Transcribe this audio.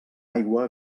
aigua